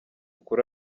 ukuri